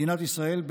מדינת ישראל,